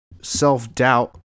self-doubt